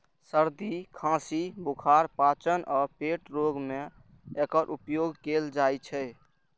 सर्दी, खांसी, बुखार, पाचन आ पेट रोग मे एकर उपयोग कैल जाइ छै